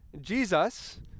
Jesus